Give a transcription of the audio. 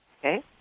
okay